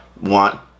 want